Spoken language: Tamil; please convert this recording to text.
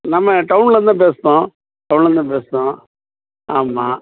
நம்ம டவுன்லேருந்துதான் பேசுறோம் டவுன்லேருந்துதான் பேசுறோம் ஆமாம்